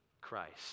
Christ